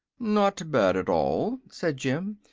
not bad at all, said jim.